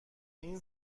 این